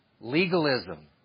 legalism